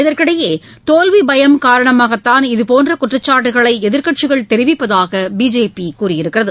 இதற்கிடையே தோல்வி பயம் காரணமாகத்தான் இதுபோன்ற குற்றச்சாட்டுக்களை எதிர்க்கட்சிகள் தெரிவிப்பதாக பிஜேபி கூறியுள்ளது